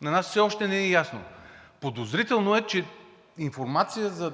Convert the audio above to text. на нас все още не ни е ясно? Подозрително е, че информация,